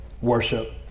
worship